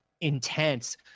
intense